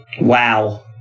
Wow